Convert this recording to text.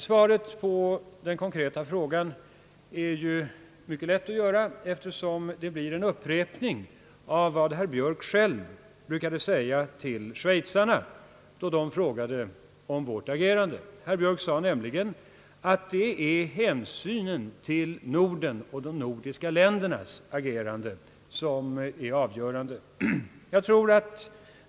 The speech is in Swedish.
Svaret på den konkreta frågan är mycket lätt att ge, eftersom det blir en upprepning av vad herr Björk själv sagt till schweizarna på deras fråga om vårt agerande, nämligen att det är hänsynen till Norden och de nordiska ländernas agerande som är avgörande.